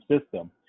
system